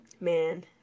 man